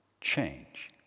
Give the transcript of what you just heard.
change